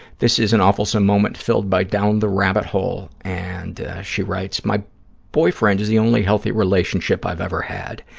this is an awfulsome moment filled out by down the rabbit hole, and she writes, my boyfriend is the only healthy relationship i've ever had.